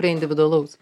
prie individualaus